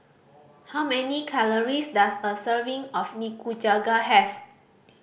how many calories does a serving of Nikujaga have